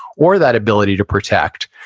or that ability to protect.